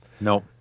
No